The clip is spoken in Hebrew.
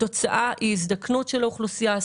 התוצאה היא הזדקנות של האוכלוסייה,